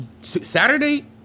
Saturday